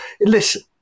Listen